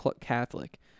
Catholic